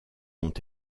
ont